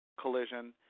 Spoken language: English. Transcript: collision